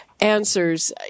answers